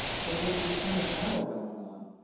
so there's there's kind of battle going on